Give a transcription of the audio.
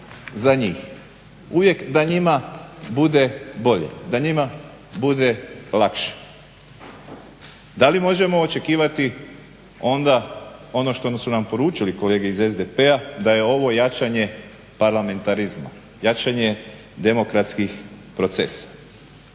za njih, uvijek da njima bude bolje, da njima bude lakše. Da li možemo očekivati onda ono što su nam poručili kolege iz SDP-a da je ovo jačanje parlamentarizma, jačanje demokratskih procesa.